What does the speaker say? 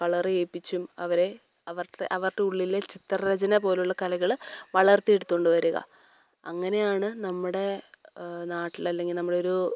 colour ചെയ്യിപ്പിച്ചും അവരെ അവരുടെ അവരുടെ ഉള്ളിലെ ചിത്രരചന പോലുള്ള കലകൾ വളർത്തി എടുത്തുകൊണ്ട് വരിക അങ്ങനെ ആണ് നമ്മുടെ നാട്ടിൽ അല്ലെങ്കിൽ നമ്മളൊരു